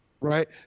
right